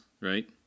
right